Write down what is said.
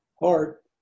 heart